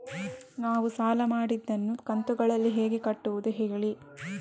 ನಾವು ಸಾಲ ಮಾಡಿದನ್ನು ಕಂತುಗಳಲ್ಲಿ ಹೇಗೆ ಕಟ್ಟುದು ಹೇಳಿ